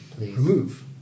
Remove